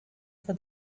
for